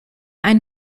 einen